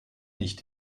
nicht